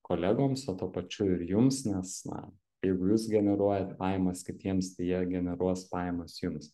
kolegoms o tuo pačiu ir jums nes na jeigu jūs generuojant pajamas kitiems tai jie generuos pajamas jums